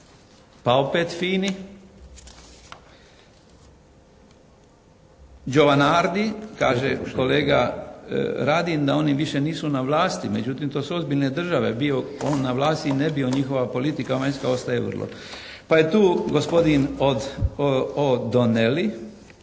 pa opet Fini, Đovanradi kaže kolega Radin da oni više nisu na vlasti. Međutim to su ozbiljne države bio on na vlasti ili ne bio, njihova politika vanjska ostaje vrlo. Pa je tu gospodin Odoneli,